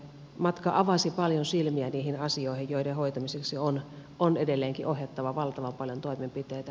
matka avasi paljon silmiä niihin asioihin joiden hoitamiseksi on edelleenkin ohjattava valtavan paljon toimenpiteitä